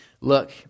look